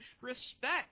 respect